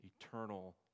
eternal